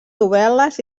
novel·les